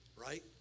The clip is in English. right